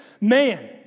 man